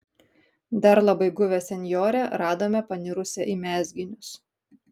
dar labai guvią senjorę radome panirusią į mezginius